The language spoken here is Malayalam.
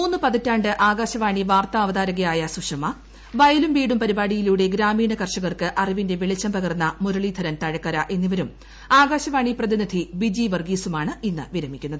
മൂന്നു പതിറ്റാണ്ട് ആകാശവാണി വാർത്താ അവതാരകയായ സുഷമ വയലും വീടും പരിപാടിയിലൂടെ ഗ്രാമീണ്ണൂ കർഷകർക്ക് അറിവിന്റെ വെളിച്ചം പകർന്ന മുരളീധരൻ തഴക്കരു എന്നിവരും ആകാശവാണി പത്തനംതിട്ട പ്രതിനിധി ബിജി വർഗ്ഗ്ലീസ്റ്റ്മാണ് ഇന്ന് വിരമിക്കുന്നത്